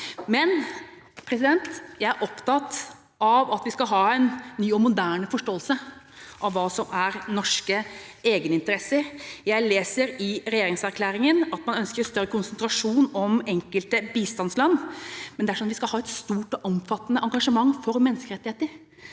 Jeg er opptatt av at vi skal ha en ny og moderne forståelse av hva som er norske egeninteresser. Jeg leser i regje ringserklæringen at man ønsker større konsentrasjon om enkelte bistandsland. Men dersom vi skal ha et stort og omfattende engasjement for menneskerettigheter,